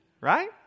right